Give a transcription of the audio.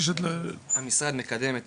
המשרד מקדם את